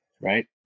right